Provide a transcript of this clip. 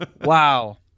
Wow